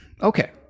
okay